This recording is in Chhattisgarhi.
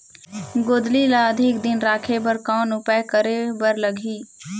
गोंदली ल अधिक दिन राखे बर कौन उपाय करे बर लगही?